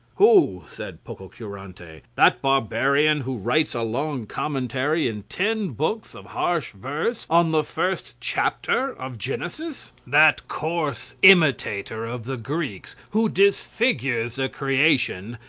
who? said pococurante, that barbarian, who writes a long commentary in ten books of harsh verse on the first chapter of genesis that coarse imitator of the greeks, who disfigures the creation,